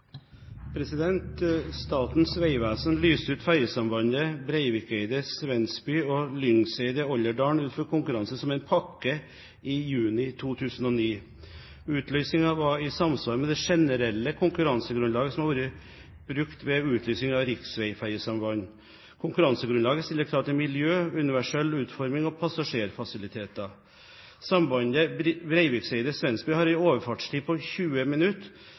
Statens vegvesen lyste ut fergesambandet Breivikeidet–Svensby og Lyngseidet–Olderdalen for konkurranse som en pakke i juni 2009. Utlysningen var i samsvar med det generelle konkurransegrunnlaget som har blitt brukt ved utlysning av riksvegfergesamband. Konkurransegrunnlaget stiller krav til miljø, universell utforming og passasjerfasiliteter. Sambandet Breivikeidet–Svensby har en overfartstid på 20